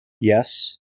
Yes